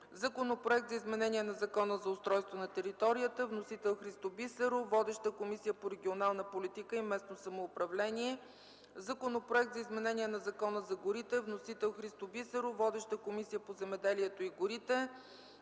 Законопроект за изменение на Закона за устройство на територията. Вносител – Христо Бисеров. Водещата е Комисията по регионална политика и местно самоуправление. Законопроект за изменение на Закона за горите. Вносител – Христо Бисеров. Водеща е Комисията по земеделието и горите.